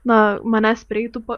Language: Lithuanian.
na manęs prieitų